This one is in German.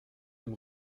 dem